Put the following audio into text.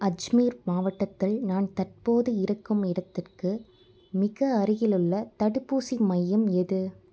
அஜ்மீர் மாவட்டத்தில் நான் தற்போது இருக்கும் இடத்துக்கு மிக அருகிலுள்ள தடுப்பூசி மையம் எது